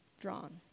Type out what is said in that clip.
drawn